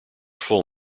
full